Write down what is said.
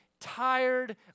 tired